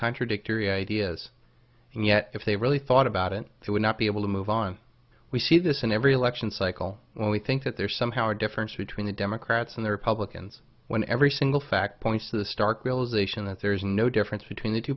contradictory ideas and yet if they really thought about it they would not be able to move on we see this in every election cycle when we think that they're somehow a difference between the democrats and the republicans when every single fact points to the stark realization that there is no difference between the two